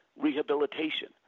rehabilitation